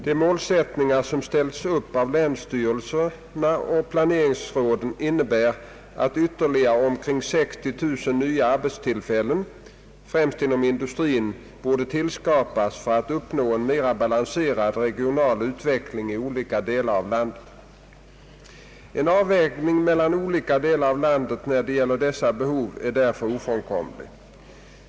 De målsättningar som ställts upp av länsstyrelser och planeringsråd innebär att ytterligare omkring 60 000 nya arbetstillfällen främst inom industrin borde tillskapas för att uppnå en mera balanserad regional utveckling i olika delar av landet. En avvägning mellan olika delar av landet när det gäller dessa behov är därför ofrånkomlig.